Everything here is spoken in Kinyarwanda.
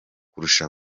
kurusha